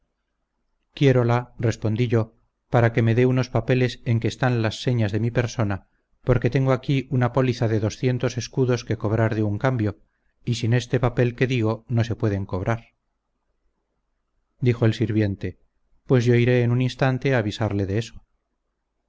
llamar quiérela respondí yo para que me dé unos papeles en que están las señas de mi persona porque tengo aquí una póliza de doscientos escudos que cobrar de un cambio y sin este papel que digo no se pueden cobrar dijo el sirviente pues yo iré en un instante a avisarle de eso